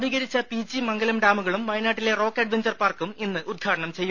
നവീകരിച്ച പീച്ചി മംഗലം ഡാമുകളും വയനാട്ടിലെ റോക്ക് അഡ്വെഞ്ചർ പാർക്കും ഇന്ന് ഉദ്ഘാടനം ചെയ്യും